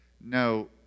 no